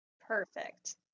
Perfect